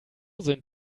sind